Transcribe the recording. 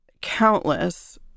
countless